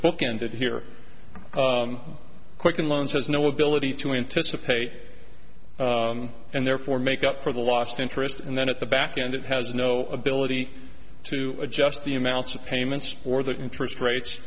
bookended here quicken loans has no ability to anticipate and therefore make up for the lost interest and then at the back end it has no ability to adjust the amounts of payments or the interest rates